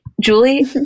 Julie